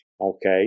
okay